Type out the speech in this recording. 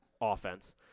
offense